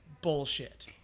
bullshit